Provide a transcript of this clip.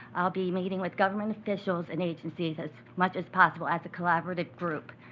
i'll be meeting with government officials and agencies as much as possible, as a collaborative group.